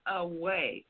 away